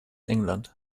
england